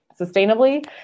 sustainably